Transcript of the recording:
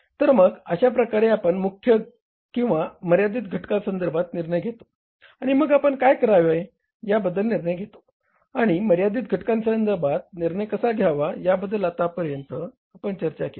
तर मग अशा प्रकारे आपण मुख्य किंवा मर्यादित घटका संधर्भात निर्णय घेतो आणि मग आपण काय करावे याबद्दल निर्णय घेतो आणि मर्यादित घटकांबाबत निर्णय कसा घ्यावा याबद्दल आता पर्यंत आपण चर्चा केली